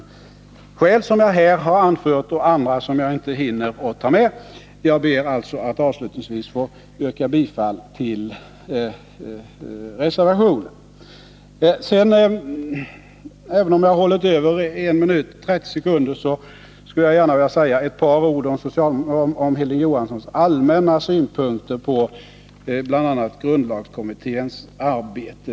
Av skäl som jag här anfört — och andra som jag inte hinner redovisa — ber jag alltså att få yrka bifall till reservationen. Även om jag drar över med någon minut, skulle jag vilja säga ett par ord om Hilding Johanssons allmänna synpunkter på bl.a. grundlagskommitténs arbete.